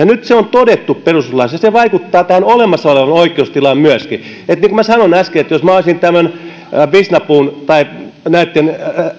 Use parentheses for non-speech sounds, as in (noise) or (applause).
(unintelligible) nyt se on todettu perustuslaissa ja se vaikuttaa tähän olemassa olevaan oikeustilaan myöskin niin kuin minä sanoin äsken jos minä olisin tämän visnapuun tai näitten